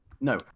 No